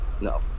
no